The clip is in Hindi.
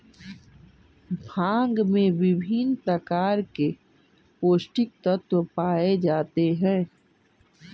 भांग में विभिन्न प्रकार के पौस्टिक तत्त्व पाए जाते हैं